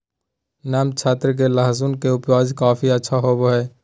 नम क्षेत्र में लहसुन के उपज काफी अच्छा होबो हइ